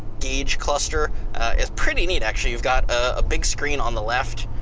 gauge cluster is pretty neat actually. you've got a big screen on the left,